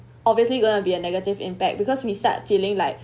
obviously gonna be a negative impact because we start feeling like